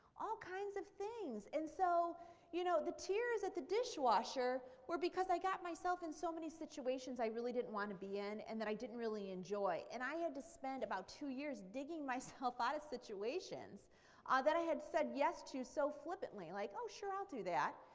all kinds of things. and so you know the tears at the dishwasher were because i got myself in so many situations i really didn't want to be in and that i didn't really enjoy. and i had to spend about about two years digging myself out of situations ah that i had said yes to so flippantly, like, oh sure, i'll do that.